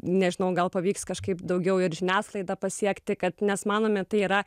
nežinau gal pavyks kažkaip daugiau ir žiniasklaida pasiekti kad nes manome tai yra